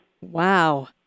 Wow